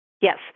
Yes